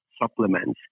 supplements